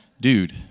dude